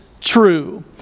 true